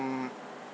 mm